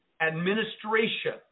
administration